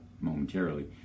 momentarily